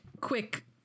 quick